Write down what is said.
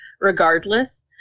regardless